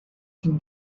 can